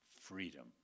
freedom